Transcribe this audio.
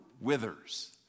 withers